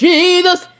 Jesus